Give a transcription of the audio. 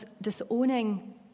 disowning